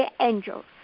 angels